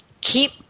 keep